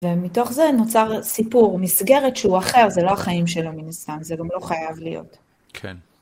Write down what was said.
ומתוך זה נוצר סיפור מסגרת שהוא אחר, זה לא החיים שלו מן הסתם, זה גם לא חייב להיות. כן.